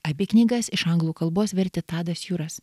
abi knygas iš anglų kalbos vertė tadas juras